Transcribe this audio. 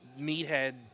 meathead